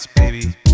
Baby